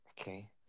Okay